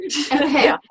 okay